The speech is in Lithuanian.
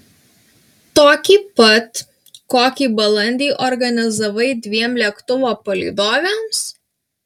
tokį pat kokį balandį organizavai dviem lėktuvo palydovėms